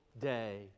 day